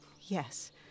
Yes